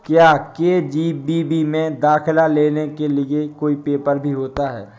क्या के.जी.बी.वी में दाखिला लेने के लिए कोई पेपर भी होता है?